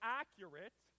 accurate